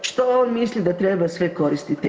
Što on misli da treba sve koristiti?